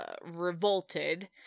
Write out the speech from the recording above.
revolted